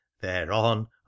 Thereon